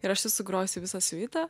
ir aš esu sugrojusi visą siuitą